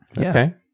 Okay